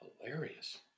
hilarious